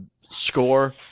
score